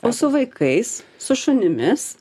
o su vaikais su šunimis